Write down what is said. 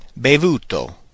bevuto